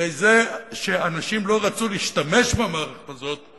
הרי זה שאנשים לא רצו להשתמש במערכת הזאת,